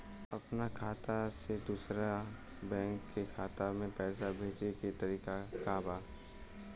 अपना खाता से दूसरा बैंक के खाता में पैसा भेजे के तरीका का बा?